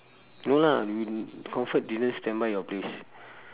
no lah you comfort didn't standby your place